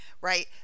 right